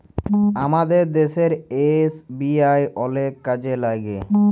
আমাদের দ্যাশের এস.বি.আই অলেক কাজে ল্যাইগে